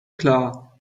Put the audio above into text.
klar